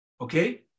Okay